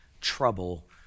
trouble